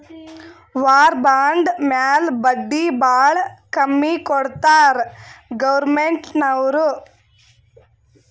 war bond ಮ್ಯಾಲ ಬಡ್ಡಿ ಭಾಳ ಕಮ್ಮಿ ಕೊಡ್ತಾರ್ ಗೌರ್ಮೆಂಟ್ನವ್ರು